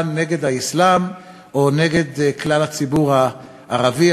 נגד האסלאם או נגד כלל הציבור הערבי,